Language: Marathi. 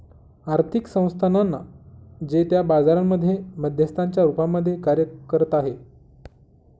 आर्थिक संस्थानांना जे त्या बाजारांमध्ये मध्यस्थांच्या रूपामध्ये कार्य करत आहे